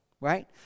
right